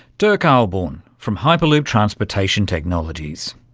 dirk ahlborn from hyperloop transportation technologies.